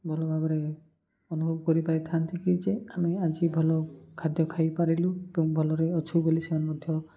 ଭଲ ଭାବରେ ଅନୁଭବ କରିପାରିଥାନ୍ତିକି ଯେ ଆମେ ଆଜି ଭଲ ଖାଦ୍ୟ ଖାଇପାରିଲୁ ଏବଂ ଭଲରେ ଅଛୁ ବୋଲି ସେ ମଧ୍ୟ